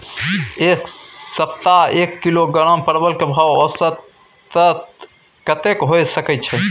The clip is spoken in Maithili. ऐ सप्ताह एक किलोग्राम परवल के भाव औसत कतेक होय सके छै?